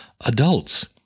adults